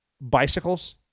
bicycles